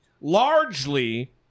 largely –